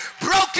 Broken